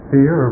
Fear